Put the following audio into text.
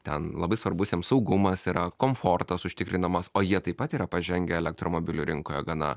ten labai svarbus jiems saugumas yra komfortas užtikrinamas o jie taip pat yra pažengę elektromobilių rinkoje gana